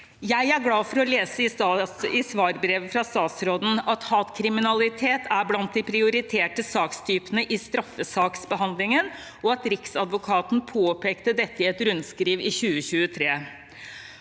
Jeg er glad for å lese i svarbrevet fra statsråden at hatkriminalitet er blant de prioriterte sakstypene i straffesaksbehandlingen, og at Riksadvokaten påpekte dette i et rundskriv i 2023.